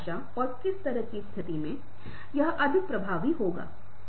space अशाब्दिक संचार में बहुत महत्वपूर्ण भूमिका निभाता है